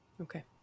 okay